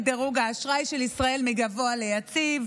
דירוג האשראי של ישראל מגבוה ליציב,